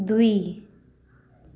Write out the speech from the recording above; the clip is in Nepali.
दुई